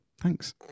Thanks